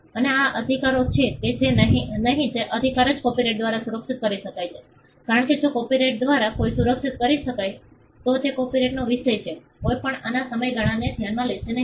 અને આ અધિકારો છે કે નહીં તે અધિકારો કે જે કોપિરાઇટ દ્વારા સુરક્ષિત કરી શકાય છે કારણ કે જો કોપિરાઇટ દ્વારા કંઈક સુરક્ષિત કરી શકાય છે તો તે કોપિરાઇટનો વિષય છે કોઈ પણ આના સમયગાળાને ધ્યાનમાં લેશે નહીં